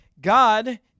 God